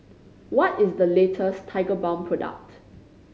what is the latest Tigerbalm product